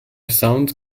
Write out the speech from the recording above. sound